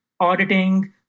auditing